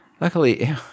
Luckily